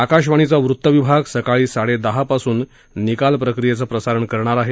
आकाशवाणीचा वृत्त विभाग सकाळी साडेदहा पासून निकाल प्रक्रियेचं प्रसारण करणार आहे